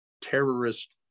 terrorist